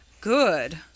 Good